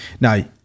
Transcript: Now